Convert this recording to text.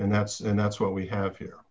and that's and that's what we have here